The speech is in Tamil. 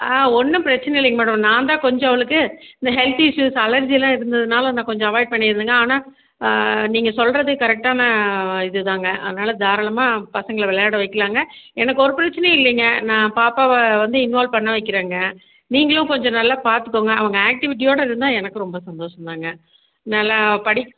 ஆ ஒன்றும் பிரச்சின இல்லைங்க மேடம் நான் தான் கொஞ்சம் அவளுக்கு இந்த ஹெல்த் இஷ்யூஸ் அலர்ஜி எல்லாம் இருந்ததுனால் நான் கொஞ்சம் அவாய்ட் பண்ணியிருந்தேங்க ஆனால் நீங்கள் சொல்வது கரெக்டான இதுதாங்க அதனால தாராளமாக பசங்களை விளையாட வைக்கிலாங்க எனக்கு ஒரு பிரச்சினையும் இல்லைங்க நான் பாப்பாவை வந்து இன்வால்வ் பண்ண வைக்கிறேங்க நீங்களும் கொஞ்சம் நல்லா பார்த்துக்கோங்க அவங்க ஆக்டிவிட்டியோடு இருந்தால் எனக்கும் ரொம்ப சந்தோஷம் தாங்க நல்லா படி